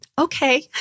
okay